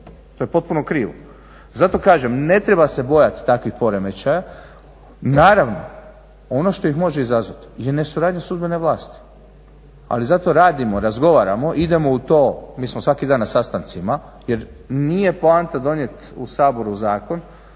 to je potpuno krivo. Zato kažem, ne treba se bojati takvih poremećaja. Naravno, ono što ih može izazvati je nesuradnja sudbene vlasti, ali zato radimo, razgovaramo, idemo u to, mi smo svaki dan na sastancima jer nije poanta donijeti u Saboru zakon,